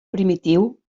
primitiu